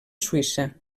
suïssa